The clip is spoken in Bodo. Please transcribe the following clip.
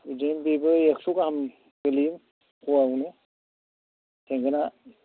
बिदिनो बेबो एक्स' गाहाम गोग्लैयो फवायावनो थेंगोना